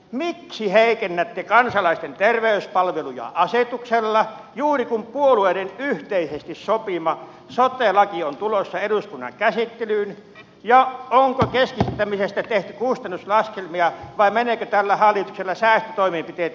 miksi heikennätte kansalaisten terveyspalveluja asetuksella juuri kun puolueiden yhteisesti sopima sote laki on tulossa eduskunnan käsittelyyn ja onko keskittämisestä tehty kustannuslaskelmia vai menevätkö tällä hallituksella säästötoimenpiteet ihmishenkien edelle